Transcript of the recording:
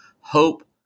hope